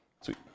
Sweet